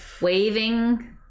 Waving